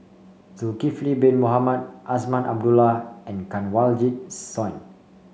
Zulkifli Bin Mohamed Azman Abdullah and Kanwaljit Soin